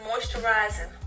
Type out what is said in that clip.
moisturizing